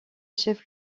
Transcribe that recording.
chef